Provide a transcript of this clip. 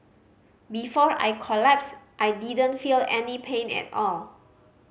before I collapsed I didn't feel any pain at all